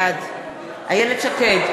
בעד איילת שקד,